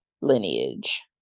lineage